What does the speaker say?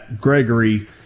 Gregory